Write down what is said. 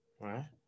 right